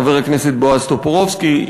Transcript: חבר הכנסת בועז טופורובסקי,